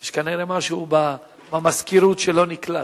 יש כנראה משהו במזכירות שלא נקלט,